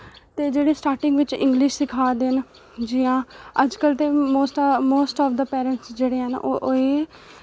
ते जेह्ड़े स्टार्टिंग बिच इंग्लिश सिक्खा दे न जि'यां अज्जकल ते मोस्ट आफ मोस्ट आफ दा पेरेंट्स जेह्ड़े हैन ओह् एह्